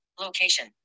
Location